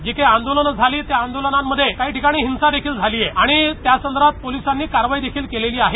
जे काही आंदोलने झाली त्या आंदोलनामध्ये काही ठिकाणी हिंसा देखील झाली आहे आणि त्यासंदर्भात पोलिसांनी कारवाई देखील केली आहे